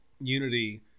unity